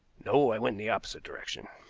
no, i went in the opposite direction.